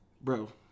Bro